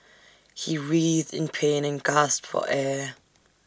he writhed in pain and gasped for air